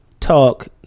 talk